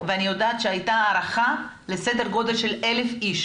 ואני יודעת שהייתה הערכה שיגיעו 1,000 אנשים.